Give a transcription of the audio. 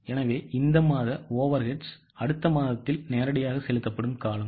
எனவே இந்த மாத overheads அடுத்த மாதத்தில் நேரடியாக செலுத்தப்படும் காலம்